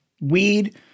weed